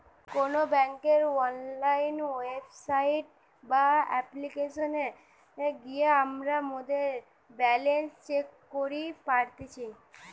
কোনো বেংকের online website বা অপ্লিকেশনে গিয়ে আমরা মোদের ব্যালান্স চেক করি পারতেছি